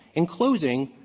in closing,